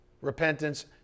repentance